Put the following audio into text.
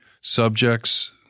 subjects